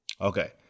Okay